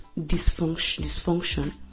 dysfunction